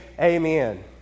Amen